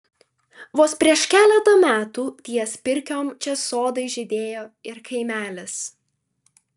vos prieš keletą metų ties pirkiom čia sodai žydėjo ir kaimelis